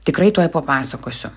tikrai tuoj papasakosiu